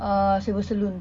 ah sylvester stallone